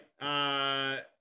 right